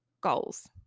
goals